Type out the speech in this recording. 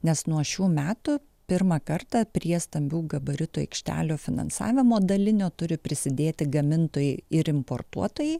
nes nuo šių metų pirmą kartą prie stambių gabaritų aikštelių finansavimo dalinio turi prisidėti gamintojai ir importuotojai